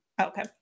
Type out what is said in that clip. Okay